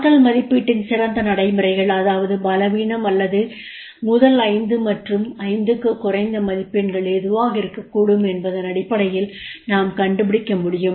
ஆற்றல் மதிப்பீட்டின் சிறந்த நடைமுறைகள் அதாவது பலவீனம் அல்லது முதல் 5 மற்றும் 5 க்குக் குறைந்த மதிப்பெண்கள் எதுவாக இருக்கக்கூடும் என்பதன் அடிப்படையில் நாம் கண்டுபிடிக்க முடியும்